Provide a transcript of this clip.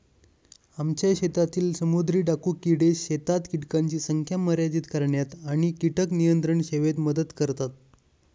आमच्या शेतातील समुद्री डाकू किडे शेतात कीटकांची संख्या मर्यादित करण्यात आणि कीटक नियंत्रण सेवेत मदत करतात